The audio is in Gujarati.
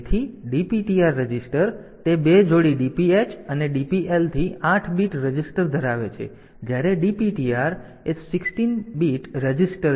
તેથી DPTR રજિસ્ટર તે બે જોડી DPH અને DPL થી 8 બીટ રજિસ્ટર ધરાવે છે જ્યારે DPTR એ 16 બીટ રજિસ્ટર છે